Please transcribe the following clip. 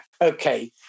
Okay